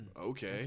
okay